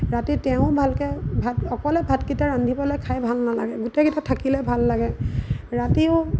ৰাতি তেওঁ ভালকে ভাত অকলে ভাতকেইটা ৰান্ধিবলৈ খাই ভাল নালাগে গোটেইকেইটা থাকিলে ভাল লাগে ৰাতিও